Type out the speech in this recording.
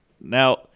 now